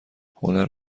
هنر